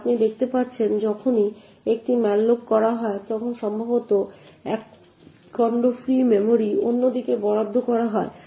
তাই আপনি দেখতে পাচ্ছেন যখনই একটি ম্যালোক করা হয় তখন সম্ভবত এক খণ্ড ফ্রি মেমরি অন্য দিকে বরাদ্দ করা হয়